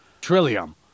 trillium